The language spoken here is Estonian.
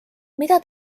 mida